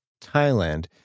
Thailand